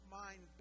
mind